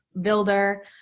builder